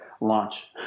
launch